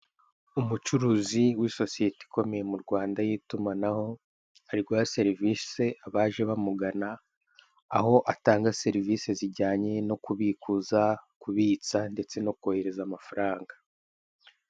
Umucuruzi w'isosiyete ikomeye mu Rwanda y'itumanaho ari guha serivise abaje bamugana aho atanga serivise zijyanye no kubikuza, kubitsa ndetse no kohereza amafaranga.